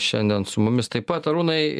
šiandien su mumis taip pat arūnai